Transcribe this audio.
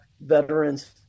veterans